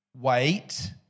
wait